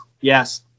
yes